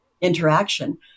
interaction